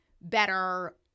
better